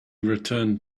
returned